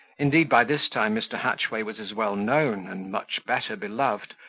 indeed, by this time mr. hatchway was as well known, and much better beloved,